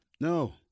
No